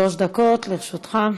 שלוש דקות לרשותך.